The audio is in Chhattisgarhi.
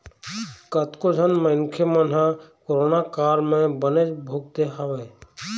कतको झन मनखे मन ह कोरोना काल म बनेच भुगते हवय